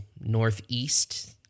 northeast